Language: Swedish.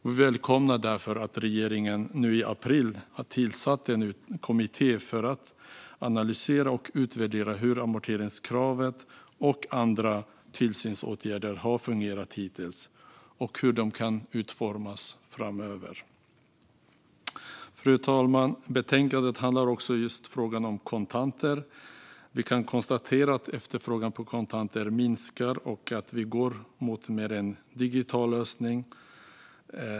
Vi välkomnar därför att regeringen nu i april tillsatt en kommitté för att analysera och utvärdera hur amorteringskravet och andra tillsynsåtgärder har fungerat hittills och hur de kan utformas framöver. Fru talman! Betänkandet behandlar också frågan om kontanter. Vi kan konstatera att efterfrågan på kontanter minskar och att vi går mot en mer digital lösning.